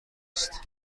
است